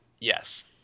Yes